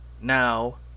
now